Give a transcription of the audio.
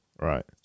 right